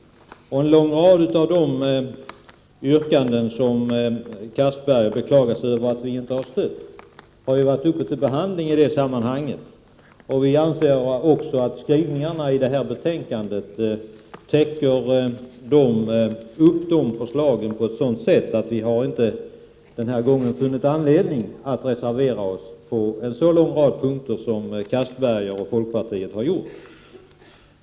Vidare beklagar sig Anders Castberger över att vi inte har stött en lång rad av yrkandena här. Men dessa yrkanden har redan varit uppe till behandling. Vi anser att skrivningarna i detta betänkande täcker in förslagen på ett sådant sätt att vi denna gång inte har funnit anledning att reservera oss på lika många punkter som ni i folkpartiet.